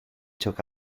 took